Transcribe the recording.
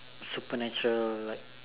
supernatural like